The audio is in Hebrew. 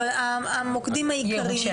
אבל איפה היו המוקדים העיקריים?